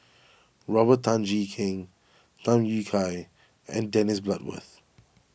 Robert Tan Jee Keng Tham Yui Kai and Dennis Bloodworth